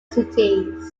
cities